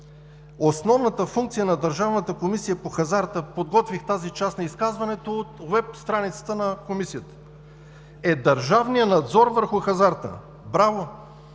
Основната функция на Държавната комисия по хазарта, подготвих тази част на изказването от уеб страницата на Комисията, е държавният надзор върху хазарта. Браво!